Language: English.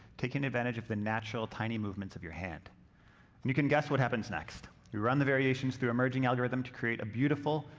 taking advantage of the natural tiny movements of your hand. and you can guess what happens next. we run the variations through a merging algorithm to create a beautiful,